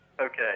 okay